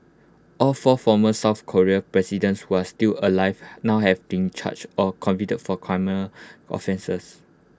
all four former south Korean presidents who are still alive now have been charged or convicted for criminal offences